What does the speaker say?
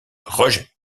rejettent